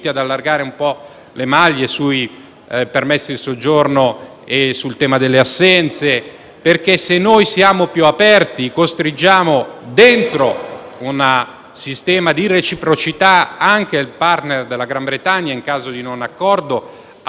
permessi di soggiorno e sul tema delle assenze, perché se siamo più aperti costringiamo, dentro un sistema di reciprocità, anche il *partner* del Regno Unito - in caso di non accordo - a dare questo tipo di garanzie.